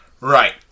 Right